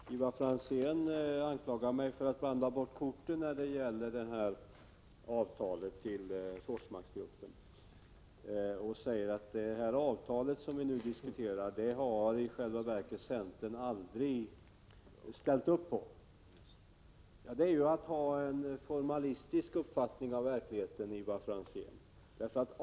Herr talman! Ivar Franzén anklagar mig för att blanda bort korten när det gäller detta avtal med Forsmarksgruppen. Han säger att det avtal som vi nu diskuterar har centern i själva verket aldrig ställt upp på. Ja, detta är att ha en formalistisk uppfattning om verkligheten, Ivar Franzén.